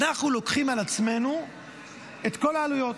אנחנו לוקחים על עצמנו את כל העלויות.